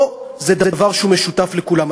פה זה דבר שהוא משותף לכולם.